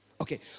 Okay